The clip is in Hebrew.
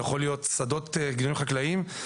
זה יכול להיות שדות לגידולים חקלאיים,